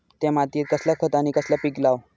त्या मात्येत कसला खत आणि कसला पीक लाव?